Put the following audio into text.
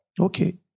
Okay